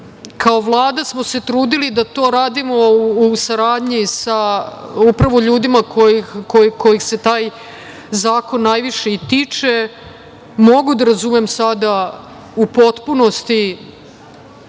kao Vlada smo se trudili da to radimo u saradnji sa upravo ljudima kojih se taj zakon najviše i tiče. Mogu da razumem sada u potpunosti